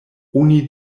oni